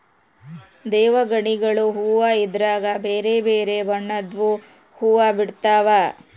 ದೇವಗಣಿಗಲು ಹೂವ್ವ ಇದ್ರಗ ಬೆರೆ ಬೆರೆ ಬಣ್ಣದ್ವು ಹುವ್ವ ಬಿಡ್ತವಾ